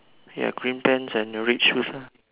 ya green pants and the red shoes lah